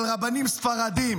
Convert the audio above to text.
אבל רבנים ספרדים